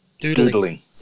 Doodling